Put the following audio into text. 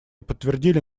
подтвердили